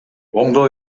оңдоо